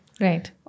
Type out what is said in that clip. Right